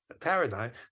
paradigm